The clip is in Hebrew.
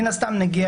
מן הסתם נגיע